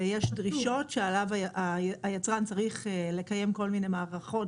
ויש דרישות שהיצרן צריך לקיים כל מיני מערכות,